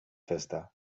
festa